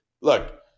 look